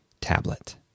tablet